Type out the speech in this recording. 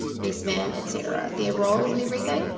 best man, etc. their roles and everything.